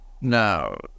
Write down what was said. Now